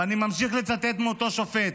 ואני ממשיך לצטט מאותו שופט: